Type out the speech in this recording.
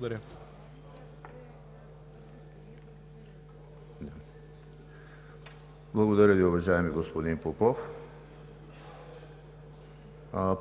ХРИСТОВ: Благодаря Ви, уважаеми господин Попов.